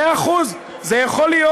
מאה אחוז, זה יכול להיות.